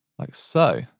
like so.